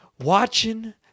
watching